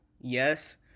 yes